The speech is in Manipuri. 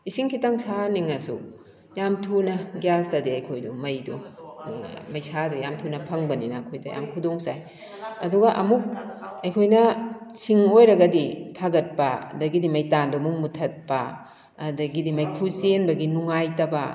ꯏꯁꯤꯡ ꯈꯤꯇꯪ ꯁꯥꯍꯟꯅꯤꯡꯂꯁꯨ ꯌꯥꯝ ꯊꯨꯅ ꯒ꯭ꯌꯥꯁꯇꯗꯤ ꯑꯩꯈꯣꯏꯗꯨ ꯃꯩꯗꯣ ꯃꯩꯁꯥꯗꯨ ꯌꯥꯝ ꯊꯨꯅ ꯐꯪꯕꯅꯤꯅ ꯑꯩꯈꯣꯏꯗ ꯌꯥꯝ ꯈꯨꯗꯣꯡ ꯆꯥꯏ ꯑꯗꯨꯒ ꯑꯃꯨꯛ ꯑꯩꯈꯣꯏꯅ ꯁꯤꯡ ꯑꯣꯏꯔꯒꯗꯤ ꯊꯥꯒꯠꯄ ꯑꯗꯒꯤꯗꯤ ꯃꯩꯇꯥꯟꯗꯨ ꯑꯃꯨꯛ ꯃꯨꯠꯊꯠꯄ ꯑꯗꯒꯤꯗꯤ ꯃꯩꯈꯨ ꯆꯦꯟꯕꯒꯤ ꯅꯨꯡꯉꯥꯏꯇꯕ